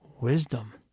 wisdom